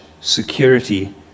Security